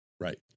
Right